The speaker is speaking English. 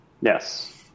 Yes